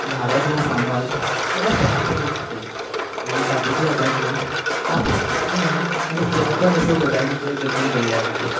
भारत हो फामाद तेज्या परंपरे खातीर आनी तातूंतल्या तातूंत आपल्या पोरणें आनी पुरातन अश्या गजालीचें जतन केल्ल्या खातीर